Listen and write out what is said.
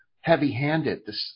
heavy-handed